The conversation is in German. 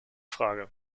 frage